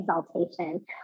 exaltation